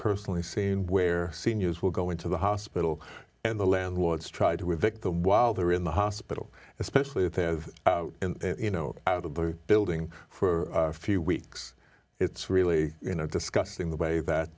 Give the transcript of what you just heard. personally seen where seniors will go into the hospital and the landlords try to evict them while they're in the hospital especially if they have you know out of the building for a few weeks it's really you know disgusting the way that